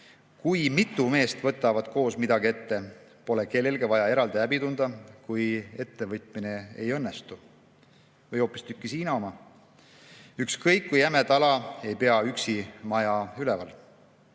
kui mitu meest võtavad koos midagi ette, pole kellelgi vaja eraldi häbi tunda, kui ettevõtmine ei õnnestu. Või hoopistükkis Hiina oma: ükskõik kui jäme tala ei pea üksi maja üleval.